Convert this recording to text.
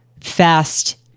fast